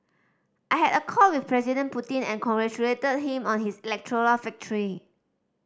I had a call with President Putin and congratulated him on his electoral victory